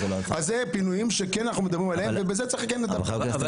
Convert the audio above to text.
אלה הפינויים שאנחנו כן מדברים עליהם ובהם כן צריך לטפל.